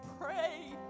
pray